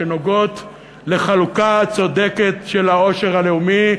שנוגעות לחלוקה צודקת של העושר הלאומי,